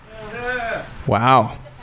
Wow